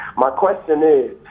my question is,